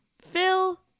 Phil